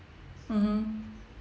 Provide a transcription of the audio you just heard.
mmhmm